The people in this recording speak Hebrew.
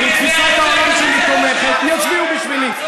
אם תפיסת העולם שלי תומכת, יצביעו בשבילי.